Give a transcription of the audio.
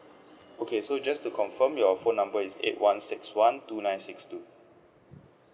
okay so just to confirm your phone number is eight one six one two nine six two